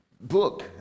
book